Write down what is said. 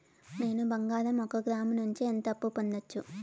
నేను బంగారం ఒక గ్రాము నుంచి ఎంత అప్పు పొందొచ్చు